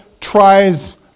tries